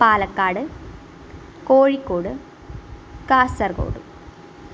Palakkad Kozhikode Kasaragod